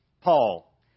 Paul